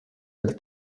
del